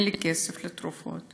אין לי כסף לתרופות